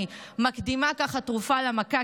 אני מקדימה תרופה למכה,